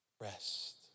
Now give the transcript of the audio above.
Rest